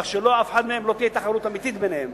כך שלא תהיה תחרות אמיתית ביניהן,